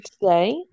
today